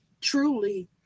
truly